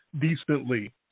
decently